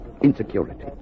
insecurity